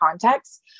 context